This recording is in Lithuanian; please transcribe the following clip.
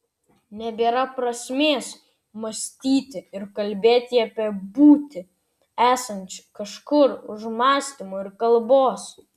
nebėra prasmės mąstyti ir kalbėti apie būtį esančią kažkur už mąstymo ir kalbos